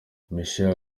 michelle